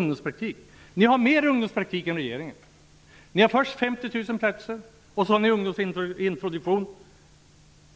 Ni har där med mera ungdomspraktik än vad regeringen föreslår. Ni föreslår 50 000 platser i ungdomspraktik och